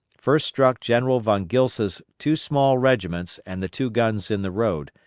first struck general von gilsa's two small regiments and the two guns in the road,